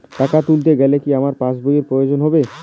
টাকা তুলতে গেলে কি আমার পাশ বইয়ের প্রয়োজন হবে?